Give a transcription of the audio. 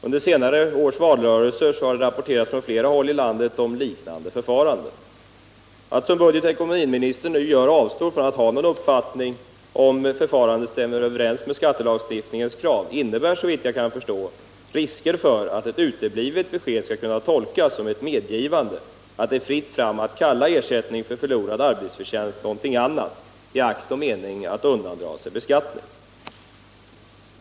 Under 1976 års valrörelse rapporterades det från flera håll i landet om liknande förfaranden. Att avstå, som budgetoch ekonomiministern nu gör, från att ha någon uppfattning om huruvida förfarandet stämmer överens med skattelagstiftningens krav, innebär såvitt jag kan förstå risker för att uteblivet besked skall tolkas som ett medgivande att det är fritt fram att kalla ersättning för förlorad arbetsförtjänst någonting annat — i akt och mening att undandra sig beskattning. Herr talman!